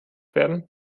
werden